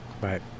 Right